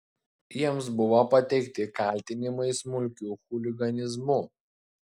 jiems buvo pateikti kaltinimai smulkiu chuliganizmu